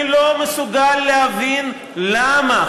אני לא מסוגל להבין למה,